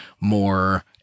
more